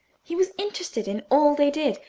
he was interested in all they did,